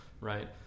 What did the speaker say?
right